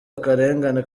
akarengane